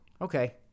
Okay